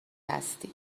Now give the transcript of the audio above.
هستش